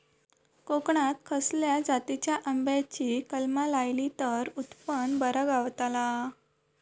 कोकणात खसल्या जातीच्या आंब्याची कलमा लायली तर उत्पन बरा गावताला?